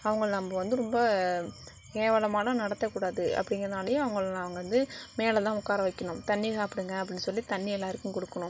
அவங்கள நம்ம வந்து ரொம்ப கேவலமாலாம் நடத்தக்கூடாது அப்படிங்குறதுனாலேயும் அவங்கள அவங்க வந்து மேலே தான் உக்கார வைக்கணும் தண்ணி சாப்பிடுங்க அப்படின்னு சொல்லி தண்ணி எல்லோருக்கும் கொடுக்குணும்